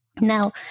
Now